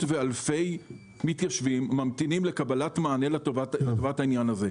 ואלפי מתיישבים ממתינים לקבלת מענה לטובת העניין הזה.